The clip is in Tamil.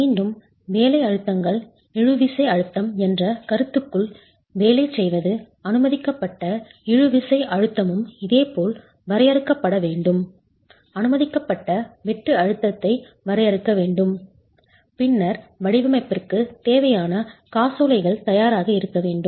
மீண்டும் வேலை அழுத்தங்கள் இழுவிசை அழுத்தம் என்ற கருத்துக்குள் வேலை செய்வது அனுமதிக்கப்பட்ட இழுவிசை அழுத்தமும் இதேபோல் வரையறுக்கப்பட வேண்டும் அனுமதிக்கப்பட்ட வெட்டு அழுத்தத்தை வரையறுக்க வேண்டும் பின்னர் வடிவமைப்பிற்கு தேவையான காசோலைகள் தயாராக இருக்க வேண்டும்